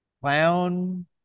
clown